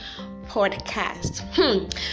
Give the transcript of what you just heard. podcast